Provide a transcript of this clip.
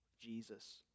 Jesus